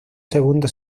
segundo